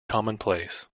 commonplace